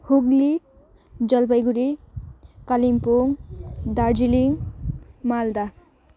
Hooghly Jalpaiguri Kalimpong Darjeeling Malda